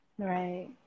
Right